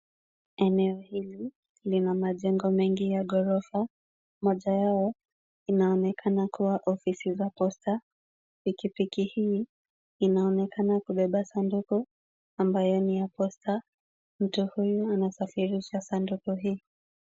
Eneo hili lina majengo mengi ya ghorofa, moja yao inaonekana kuwa ofisi za posta. Pikipiki hii inaonekana kubeba sanduku ambayo ni ya posta. Mtu huyu anasafirisha sanduku hii.